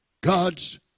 God's